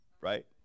right